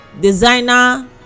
designer